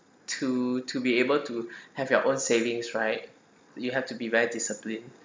to to be able to have your own savings right you have to be very disciplined